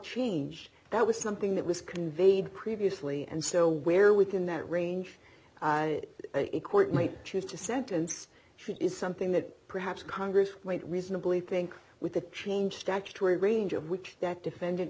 change that was something that was conveyed previously and so where within that range a court might choose to sentence she is something that perhaps congress might reasonably think with the change statutory range of which that defend